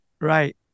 Right